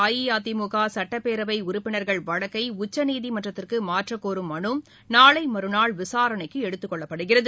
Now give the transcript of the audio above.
அஇஅதிமுகசட்டப்பேரவைஉறுப்பினர்கள் வழக்கைஉச்சநீதிமன்றத்திற்குமாற்றக்கோரும் மனுநாளைமறுநாள் விசாரணைக்குஎடுத்துக்கொள்ளப்படுகிறது